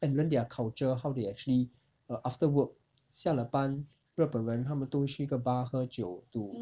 and learn their culture how they actually err after work 下了班日本人他们都会去一个 bar 喝酒赌